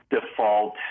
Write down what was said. default